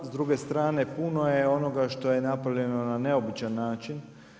S druge strane puno je onoga što je napravljeno na neobičan način.